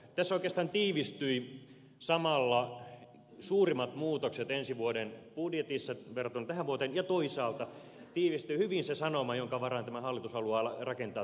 tässä oikeastaan tiivistyivät samalla suurimmat muutokset ensi vuoden budjetissa verrattuna tähän vuoteen ja toisaalta tiivistyi hyvin se sanoma jonka varaan tämä hallitus haluaa rakentaa tulevaisuuttaan